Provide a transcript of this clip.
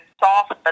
soft